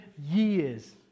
years